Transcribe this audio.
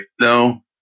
no